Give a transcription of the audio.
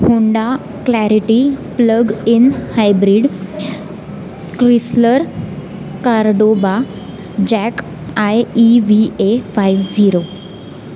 Honda Clarity plug in hybrid Chrysler Cordoba JAC I E V A five zero